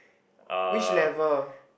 uh